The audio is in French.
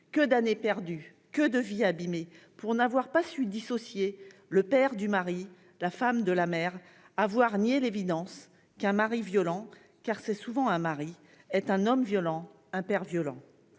Que d'années perdues, que de vies abîmées, pour n'avoir pas su dissocier le père du mari, la femme de la mère, pour avoir nié l'évidence qu'un mari violent- car c'est souvent un mari -est un homme violent, un père violent